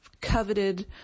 coveted